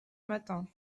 matin